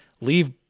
Leave